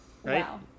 Wow